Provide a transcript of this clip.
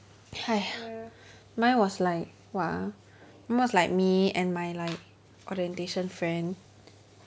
!haiya! mine was like what ah mine was like me and my like orientation friend